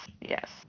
yes